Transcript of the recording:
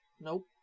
Nope